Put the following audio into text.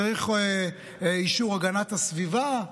צריך אישור הגנת הסביבה,